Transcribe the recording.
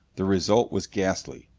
the result was ghastly.